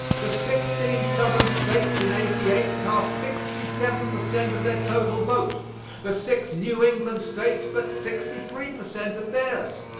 the sixteen southern states in eighty eight cast sixty-seven per cent of their total vote the six new england states but sixty-three per cent of theirs.